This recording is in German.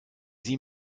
sie